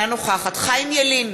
אינה נוכחת חיים ילין,